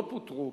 לא פוטרו,